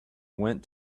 went